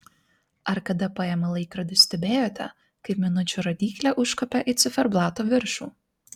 ar kada paėmę laikrodį stebėjote kaip minučių rodyklė užkopia į ciferblato viršų